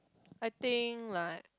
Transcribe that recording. I think like